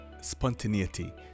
spontaneity